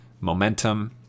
momentum